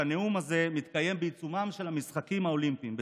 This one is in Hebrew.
שהנאום הזה מתקיים בעיצומם של המשחקים האולימפיים בטוקיו,